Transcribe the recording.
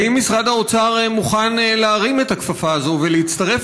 האם משרד האוצר מוכן להרים את הכפפה הזאת ולהצטרף